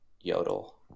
Yodel